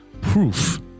proof